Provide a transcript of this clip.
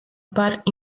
part